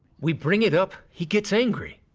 we bring it up, he gets angry.